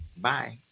bye